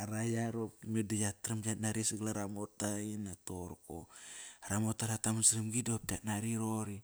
Ara yari, qopki meda yatram giat nari sagal ara morta inak toqorko. Ara mota rataman saramgi doqop ktia nari roqori.